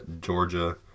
Georgia